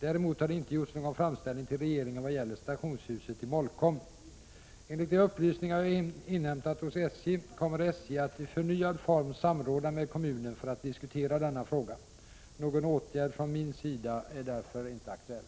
Däremot har det inte gjorts någon framställning till regeringen vad gäller stationshuset i Molkom. Enligt de upplysningar jag inhämtat hos SJ kommer SJ att i förnyad form samråda med kommunen för att diskutera denna fråga. Någon åtgärd från min sida är därför inte aktuell.